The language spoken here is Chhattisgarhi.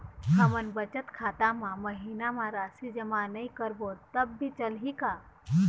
हमन बचत खाता मा महीना मा राशि जमा नई करबो तब भी चलही का?